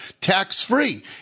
tax-free